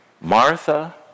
Martha